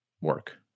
work